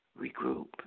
regroup